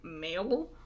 male